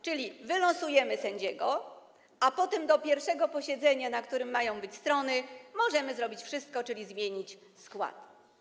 Czyli wylosujemy sędziego, a potem do pierwszego posiedzenia, na którym mają być strony, możemy zrobić wszystko, czyli zmienić skład.